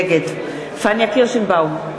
נגד פניה קירשנבאום,